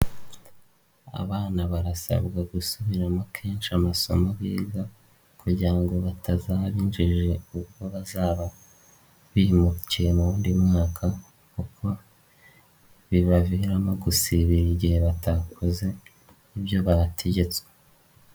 Abana barasabwa gusubiramo kenshi amasomo biga kugira ngo batazaba injiji, ubwo bazaba bimukiye mu wundi mwaka kuko bibaviramo gusibi igihe batakoze, ibyo bategetswe.